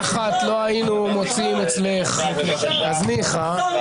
היינו מוצאים אצלך, אז ניחא.